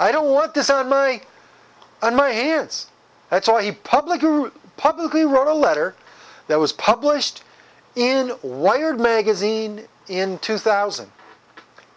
i don't want this on my on my hands that's all he public publicly wrote a letter that was published in wired magazine in two thousand